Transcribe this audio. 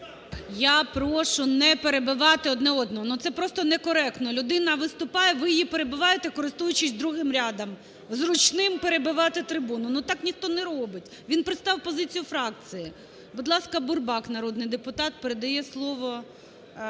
Я прошу не перебивати одне одного. Це просто некоректно, людина виступає, ви її перебиваєте, користуючись другим рядом, зручним перебивати трибуну. Так ніхто не робить. Він представив позицію фракції. Будь ласка, Бурбак народний депутат передає слово